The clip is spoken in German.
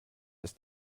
ist